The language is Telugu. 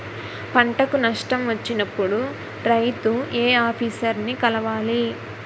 పంటకు నష్టం వచ్చినప్పుడు రైతు ఏ ఆఫీసర్ ని కలవాలి?